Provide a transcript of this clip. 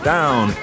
Down